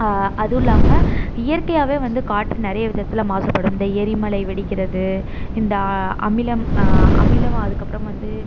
அதுவும் இல்லாமல் இயற்கையாகவே வந்து காற்று நிறைய விதத்தில் மாசுபடும் இந்த எரிமலை வெடிக்கிறது இந்த அமிலம் அமிலம் அதுக்கப்புறம் வந்து